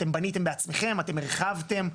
אתם בניתם בעצמכם, אתם הרחבתם.